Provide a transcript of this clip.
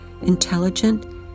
intelligent